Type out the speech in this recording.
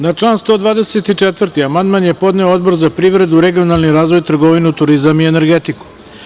Na član 124. amandman je podneo Odbor za privredu, regionalni razvoj, trgovinu, turizam i energetiku.